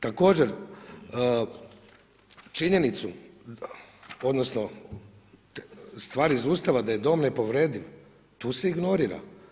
Također činjenicu odnosno stvar iz Ustava da je dom nepovrediv, tu se ignorira.